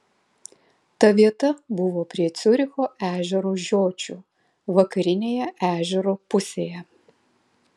ta vieta buvo prie ciuricho ežero žiočių vakarinėje ežero pusėje